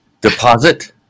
Deposit